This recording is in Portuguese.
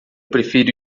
prefiro